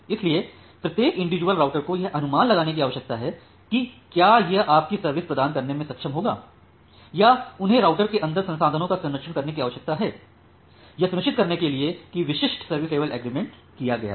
इसलिए प्रत्येक individual router को यह अनुमान लगाने की आवश्यकता है कि क्या यह आपकी सर्विस प्रदान करने में सक्षम होगा या उन्हें राउटर के अंदर संसाधनों का संरक्षण करने की आवश्यकता है यह सुनिश्चित करने के लिए कि विशिष्ट सर्विस लेवल एग्रीमेंट किया गया है